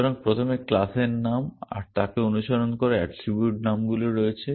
সুতরাং প্রথমে ক্লাস এর নাম আর তাকে অনুসরণ করে এট্রিবিউট নামগুলো রয়েছে